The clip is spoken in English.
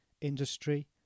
industry